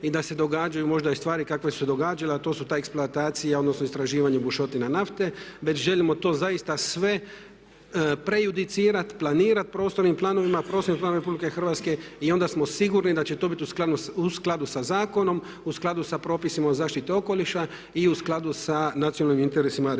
i da se događaju možda i stvari kakve su se događale a to su ta eksploatacija odnosno istraživanje bušotina nafte već želimo to zaista sve prejudicirati, planirati prostorni plan, prostorni planovi RH i onda smo sigurno da će to biti u skladu sa zakonom, u skladu sa propisima o zaštiti okoliša i u skladu sa nacionalnim interesima RH.